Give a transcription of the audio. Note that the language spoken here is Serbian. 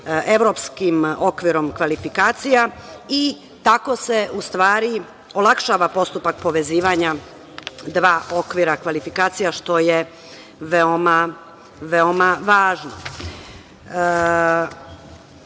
evropskim okvirom kvalifikacija i tako se u stvari olakšava postupak povezivanja dva okvira kvalifikacija što je veoma važno. Mi